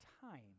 time